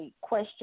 question